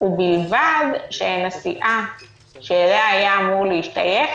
"ובלבד שהן הסיעה שאליה היה אמור להשתייך